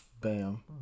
Bam